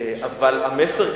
אבל המסר,